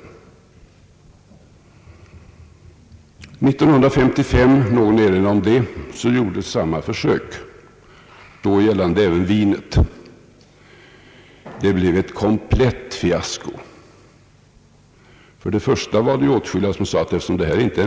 År 1955 — någon erinrade om det — gjordes samma försök, då gällande även vinet. Det blev ett komplett fiasko. Det var åtskilliga som påpekade att vi inte